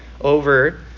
over